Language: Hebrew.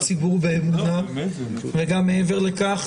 ציבור במדינת ישראל וגם מעבר לכך.